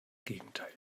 gegenteil